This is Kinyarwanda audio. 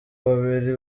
babiri